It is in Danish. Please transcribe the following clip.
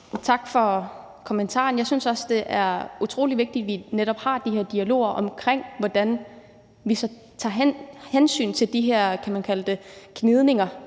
Tak for kommentaren. Jeg synes også, det er utrolig vigtigt, at vi netop har de her dialoger omkring, hvordan vi så tager hensyn til de her gnidninger